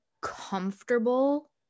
comfortable